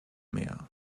mehr